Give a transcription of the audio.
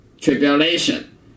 tribulation